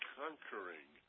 conquering